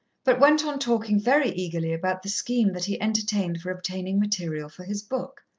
but went on talking very eagerly about the scheme that he entertained for obtaining material for his book.